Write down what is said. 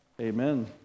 Amen